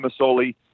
Masoli